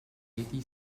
eighty